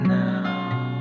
now